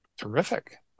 terrific